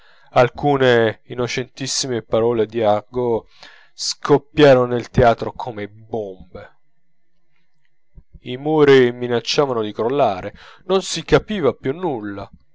alcune innocentissime parole di argot scoppiarono nel teatro come bombe i muri minacciavano di crollare non si capiva più nulla